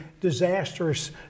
disastrous